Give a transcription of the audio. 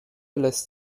lässt